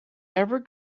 ever